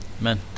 Amen